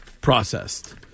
processed